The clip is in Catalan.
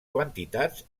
quantitats